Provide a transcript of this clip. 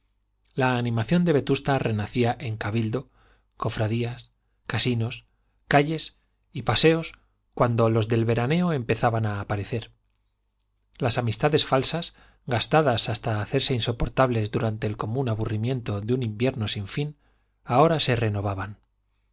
la animación de vetusta renacía en cabildo cofradías casinos calles y paseos cuando los del veraneo empezaban a aparecer las amistades falsas gastadas hasta hacerse insoportables durante el común aburrimiento de un invierno sin fin ahora se renovaban